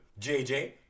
JJ